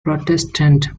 protestant